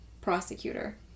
prosecutor